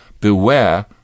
Beware